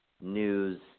news